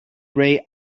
rae